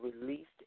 released